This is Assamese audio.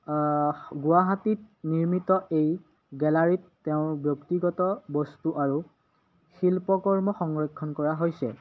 গুৱাহাটীত নিৰ্মিত এই গেলাৰীত তেওঁৰ ব্যক্তিগত বস্তু আৰু শিল্পকৰ্ম সংৰক্ষণ কৰা হৈছে